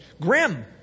grim